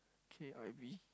K_I_V